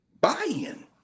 buy-in